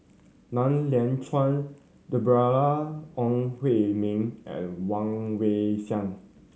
Liang Chiang Deborah Ong Hui Min and Woon Wei Siang